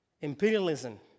imperialism